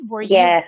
Yes